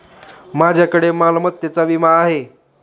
माझ्याकडे मालमत्तेचा विमा आहे